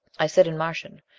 i said in martian,